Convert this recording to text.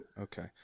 Okay